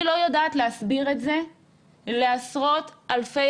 אני לא יודעת להסביר את זה לעשרות אלפי